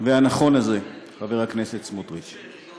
והנכון הזה, חבר הכנסת סמוטריץ.